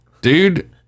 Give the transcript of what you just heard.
Dude